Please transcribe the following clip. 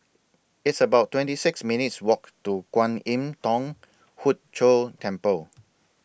It's about twenty six minutes' Walk to Kwan Im Thong Hood Cho Temple